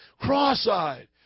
Cross-eyed